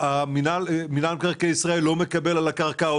מינהל מקרקעי ישראל לא מקבל על הקרקע,